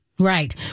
Right